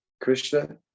Krishna